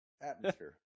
Atmosphere